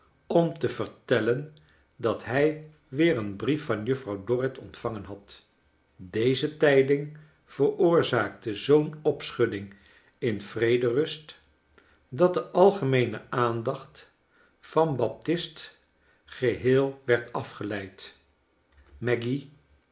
om te vertellen dat hij weer een brief van juffrouw dorrit ontvangen had deze tijding veroorzaakte zoo'n opschudding in vrederust dat de algemeene aandacht van baptist geheel werd afgeleid maggy